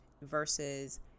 versus